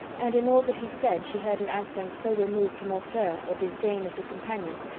and in all that he said she heard an accent so removed from hauteur or disdain of his companions,